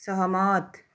सहमत